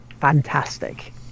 fantastic